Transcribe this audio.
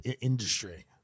industry